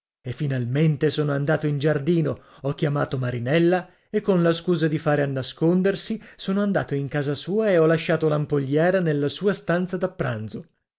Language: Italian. e finalmente sono andato in giardino ho chiamata marinella e con la scusa di fare a nascondersi sono andato in casa sua e ho lasciato l'ampolliera nella sua stanza da pranzo